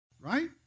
Right